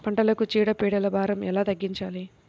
పంటలకు చీడ పీడల భారం ఎలా తగ్గించాలి?